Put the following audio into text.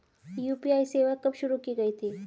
UPI सेवा कब शुरू की गई थी?